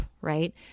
Right